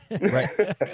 right